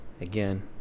Again